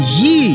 ye